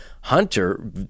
Hunter